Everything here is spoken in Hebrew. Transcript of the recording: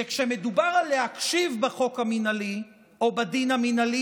כי כשמדובר על להקשיב בחוק המינהלי או בדין המינהלי,